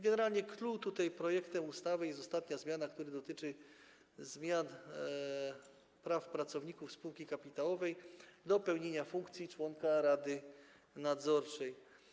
Generalnie clou projektu ustawy jest ostatnia zmiana, która dotyczy zmian praw pracowników spółki kapitałowej do pełnienia funkcji członka rady nadzorczej.